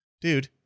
dude